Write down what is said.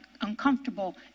uncomfortable